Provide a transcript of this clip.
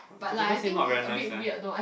got people say not very nice leh